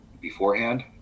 beforehand